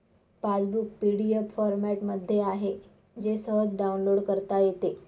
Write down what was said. passbook PDF फॉरमॅटमध्ये आहे जे सहज डाउनलोड करता येते